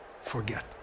forget